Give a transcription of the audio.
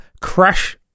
crash